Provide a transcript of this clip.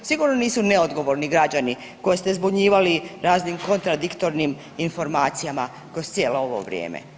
Sigurno nisu neodgovorni koje ste zbunjivali raznim kontradiktornim informacijama kroz cijelo ovo vrijeme.